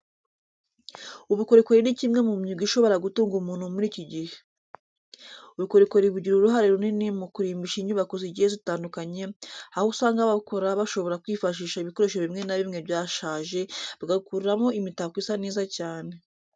Ubukorikori ni kimwe mu myuga ishobora gutunga umuntu muri iki gihe. Ubukorikori bugira uruhare runini mu kurimbisha inyubako zigiye zitandukanye, aho usanga ababukora bashobora kwifashisha ibikoresho bimwe na bimwe byashaje bagakurimo imitako isa neza cyane.